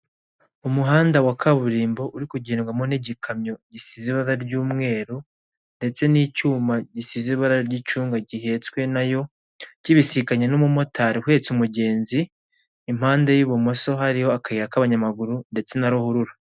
Umuhanda wa kaburimbo uri kugendwamo n'igikamyo gisize ibara ry'umweru ndetse n'icyuma gisize ibara ry'icunga gihetswe nayo kibisikanye n'umumotari uhetse umugenzi impande y'ibumoso hariho akayira k'abanyamaguru ndetse na ruhurura.